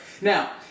Now